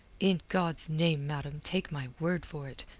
in god's name, madam, take my word for it,